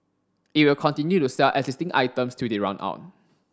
it will continue to sell existing items till they run out